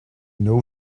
know